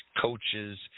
coaches